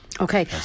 Okay